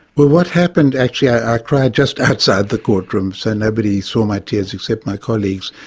well what happened actually i cried just outside the courtroom so nobody saw my tears except my colleagues.